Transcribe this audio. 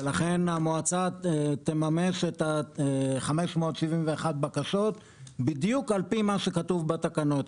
ולכן המועצה תממש את ה-571 בקשות בדיוק על פי מה שכתוב בתקנות,